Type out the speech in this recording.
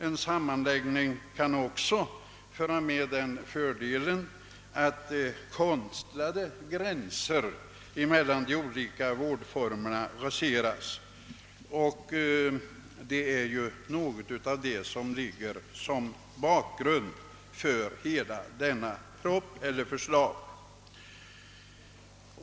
En sammanläggning kan också medföra den fördelen, att konstlade gränser mellan de olika vårdformerna raseras. Det är bakgrunden till propositionens förslag.